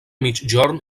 migjorn